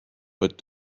but